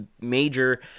major